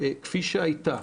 כפי שהייתה